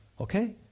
Okay